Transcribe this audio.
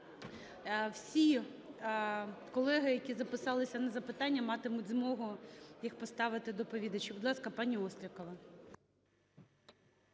Всі колеги, які записалися на запитання, матимуть змогу їх поставити доповідачу. Будь ласка, пані Острікова.